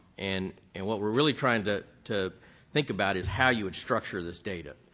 and and what we're really trying to to think about is how you would structure this data.